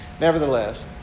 nevertheless